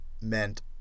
meant